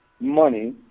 money